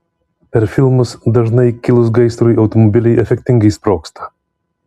per filmus dažnai kilus gaisrui automobiliai efektingai sprogsta